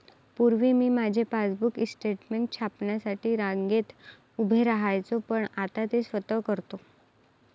पूर्वी मी माझे पासबुक स्टेटमेंट छापण्यासाठी रांगेत उभे राहायचो पण आता ते स्वतः करतो